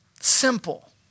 simple